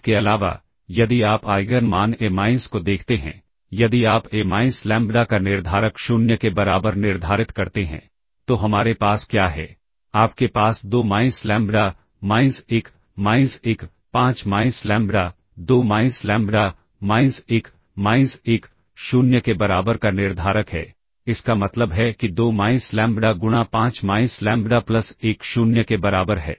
इसके अलावा यदि आप आइगन मान ए माइनस को देखते हैं यदि आप ए माइनस लैम्ब्डा का निर्धारक 0 के बराबर निर्धारित करते हैं तो हमारे पास क्या है आपके पास 2 minus lambda minus 1 minus 15 minus lambda 2 minus lambda minus 1 minus 10 के बराबर का निर्धारक है इसका मतलब है कि 2 माइनस लैम्ब्डा गुणा 5 माइनस लैम्ब्डा प्लस 1 0 के बराबर है